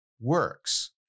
works